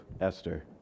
Esther